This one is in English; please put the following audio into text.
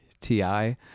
ti